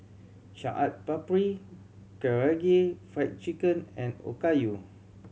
Chaat Papri Karaage Fried Chicken and Okayu